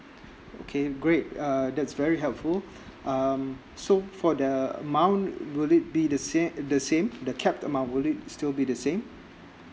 okay great uh that's very helpful um so for the amount would it be the same the same the cap amount would it still be the same